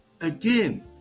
Again